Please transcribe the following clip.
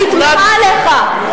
אני תוהה עליך,